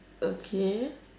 okay